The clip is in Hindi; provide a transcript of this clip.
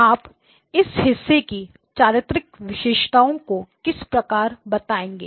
आप इस हिस्से की चारित्रिक विशेषताओं को किस प्रकार बताएंगे